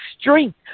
strength